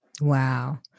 Wow